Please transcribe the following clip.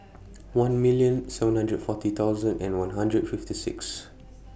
one million seven hundred forty thousand and one hundred fifty six